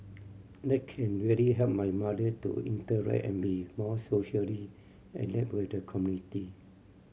that can really help my mother to interact and be more socially adept with the community